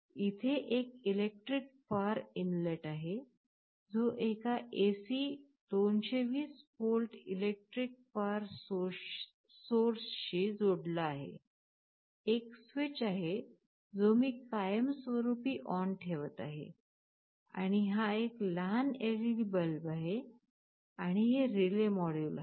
इथे एक electric power inlet आहे जो एका AC 220 व्होल्ट इलेक्ट्रिक पॉवर सोर्सशी जोडलेला आहे एक स्विच आहे जो मी कायमस्वरुपी ऑन ठेवत आहे आणि हा एक लहान एलईडी बल्ब आहे आणि हे रिले मॉड्यूल आहे